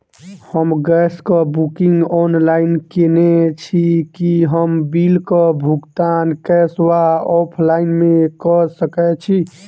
हम गैस कऽ booking online केने छी, की हम बिल कऽ भुगतान कैश वा ऑफलाइन मे कऽ सकय छी?